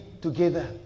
together